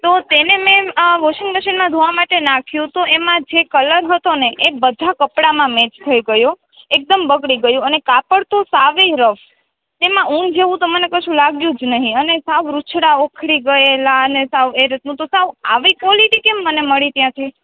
તો તેને મેં વોશિંગ મશીનમાં ધોવા માટે નાખ્યું તો એમાં જે કલર હતો ને એ બધાં કપડાંમાં મેચ થઈ ગયો એકદમ બગડી ગયો અને કાપડ તો સાવે રફ તેમા ઉન જેવું તો મને કશું લાગ્યું જ નહી અને સાવ રૂંછડા ઊખડી ગયેલા અને સાવ એ રીત નું સાવ આવી ક્વોલીટી કેમ મને મળી ત્યાંથી